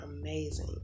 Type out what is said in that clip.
amazing